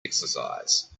exercise